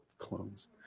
clones